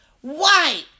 white